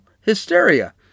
hysteria